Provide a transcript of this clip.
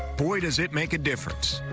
boy, does it make a difference.